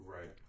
Right